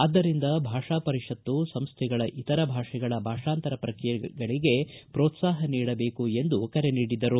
ಆದ್ದರಿಂದ ಭಾಷಾ ಪರಿಷತ್ತು ಸಂಸ್ಥೆಗಳ ಇತರ ಭಾಷೆಗಳ ಭಾಷಾಂತರ ಪ್ರಕ್ರಿಯೆಗಳಿಗೆ ಪ್ರೋತ್ಲಾಹ ನೀಡಬೇಕು ಎಂದು ಕರೆ ನೀಡಿದರು